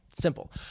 Simple